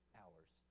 hours